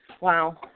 Wow